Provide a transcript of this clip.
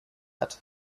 hat